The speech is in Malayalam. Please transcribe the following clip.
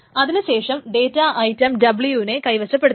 അതിനുശേഷം ഡേറ്റ ഐറ്റം w നെ കൈവശപ്പെടുത്തുന്നു